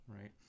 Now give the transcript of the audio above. right